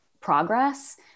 progress